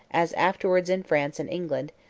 as afterwards in france and england,